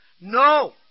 no